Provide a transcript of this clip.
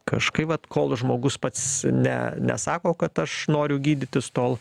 kažkaip vat kol žmogus pats ne nesako kad aš noriu gydytis tol